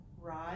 right